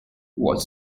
was